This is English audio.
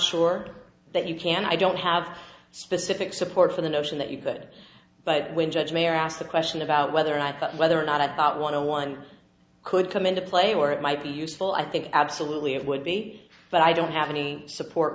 sure that you can i don't have specific support for the notion that you could but when judge mayer asked the question about whether i thought whether or not about one hundred one could come into play where it might be useful i think absolutely of would be but i don't have any support